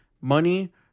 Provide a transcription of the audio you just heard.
money